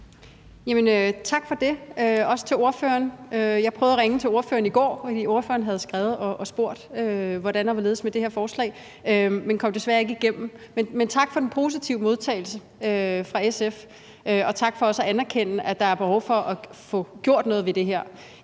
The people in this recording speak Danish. Tak for det, og også tak til ordføreren. Jeg prøvede at ringe til ordføreren i går, fordi ordføreren havde skrevet og spurgt, hvordan og hvorledes med det her forslag, men kom desværre ikke igennem. Men tak for den positive modtagelse fra SF, og tak for også at anerkende, at der er behov for at få gjort noget ved det her.